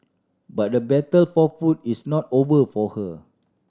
but the battle for food is not over for her